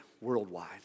worldwide